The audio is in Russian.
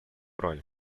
роль